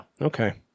Okay